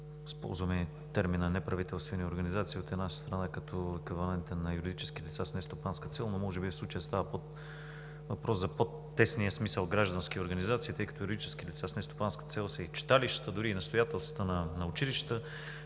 използваме термина „неправителствени организации“ като еквивалент на юридически лица с нестопанска цел, но може би в случая става въпрос за по-тесния смисъл – граждански организации, тъй като юридически лица с нестопанска цел са и читалищата, дори и настоятелствата на училищата.